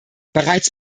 bereits